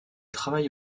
travaille